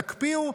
תקפיאו,